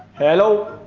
hello,